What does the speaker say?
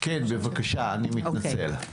כן, בבקשה, אני מתנצל.